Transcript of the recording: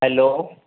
hello